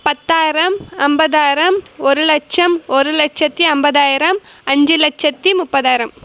பத்தாயிரம் ஐம்பதாயிரம் ஒரு லட்சம் ஒரு லட்சத்தி ஐம்பதாயிரம் அஞ்சு லட்சத்தி முப்பதாயிரம்